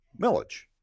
millage